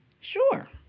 sure